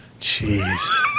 Jeez